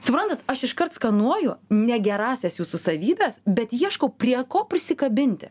suprantat aš iškart skanuoju ne gerąsias jūsų savybes bet ieškau prie ko prisikabinti